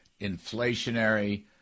inflationary